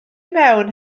mewn